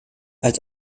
als